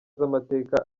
z’amateka